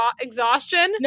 exhaustion